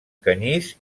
canyís